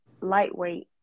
lightweight